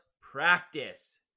practice